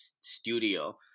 studio